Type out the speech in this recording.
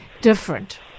different